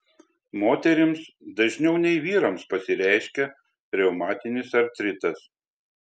moterims dažniau nei vyrams pasireiškia reumatinis artritas